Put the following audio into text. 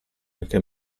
anche